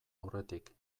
aurretik